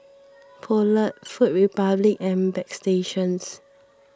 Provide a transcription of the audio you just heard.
Poulet Food Republic and Bagstationz